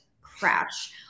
crash